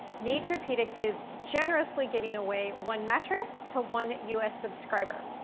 naturepedic is generously giving away one mattress to one u s. subscriber.